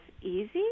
easy